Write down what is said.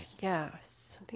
Yes